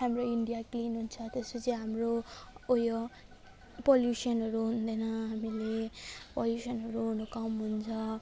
हाम्रो India clean हुन्छ त्यसपछि हाम्रो ऊ यो पल्युसनहरू हुँदैन हामीले पोल्युसनहरू हुनु कम हुन्छ